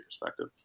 perspective